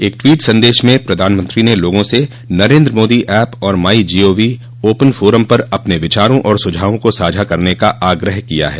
एक ट्वीट संदेश में प्रधानमंत्री ने लोगों से नरेन्द्र मोदी ऐप और my G O V open forum पर अपने विचारों और सुझावों को साझा करने का आग्रह किया है